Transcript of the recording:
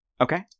Okay